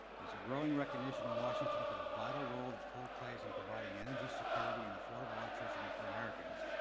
there is a growing recognition in washington for the vital role that coal plays in providing energy security and affordable electricity for americans,